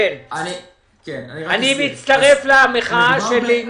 אני מצטרף למחאה של ינון,